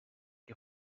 que